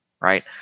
right